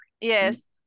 Yes